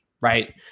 right